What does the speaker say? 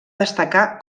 destacar